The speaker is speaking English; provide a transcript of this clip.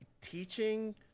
teaching